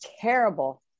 terrible